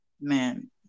man